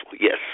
Yes